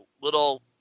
little